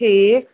ٹھیٖک